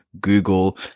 Google